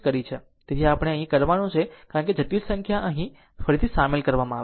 પ્રથમ આપણે આ કરવાનું છે કારણ કે જટિલ સંખ્યા અહીં અને ફરીથી સામેલ કરવામાં આવશે